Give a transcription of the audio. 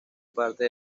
parte